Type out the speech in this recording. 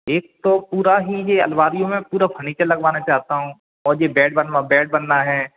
एक तो पूरा ही ये अल्मारियों में पूरा फर्नीचर लगवाना चाहता हूँ और ये बेड बनवा बेड बनना है